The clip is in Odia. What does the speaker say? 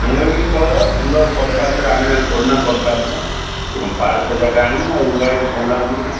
ସାଙ୍ଗ ହେଇକିରି ପଳାଇବା ଭଲ କମ୍ପାନୀର ଆଣିବା କୋନା କମ୍ପାନୀର ପାରଛ ଜାଗା ଆଣିବା ଆଉ ୱାୟାର ଭଲ ଆଣିବା